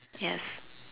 yes